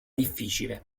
difficile